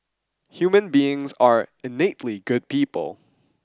human beings are innately good people